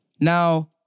Now